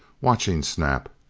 watching snap.